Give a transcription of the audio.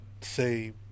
say